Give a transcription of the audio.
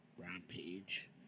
Rampage